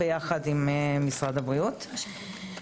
יחד עם משרד הבריאות.